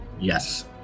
Yes